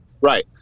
Right